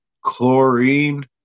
chlorine